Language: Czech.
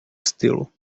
stylu